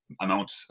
amount